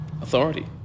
authority